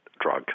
drug